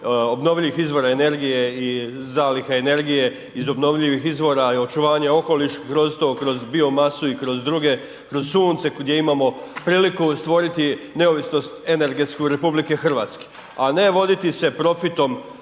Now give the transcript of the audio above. obnovljivih izvora energije i zaliha energije iz obnovljivih izvora, očuvanje okoliš kroz to, kroz biomasu i kroz druge, kroz sunce, gdje imamo priliku stvoriti neovisnost energetsku RH a ne voditi se profitom